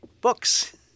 Books